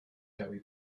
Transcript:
dewi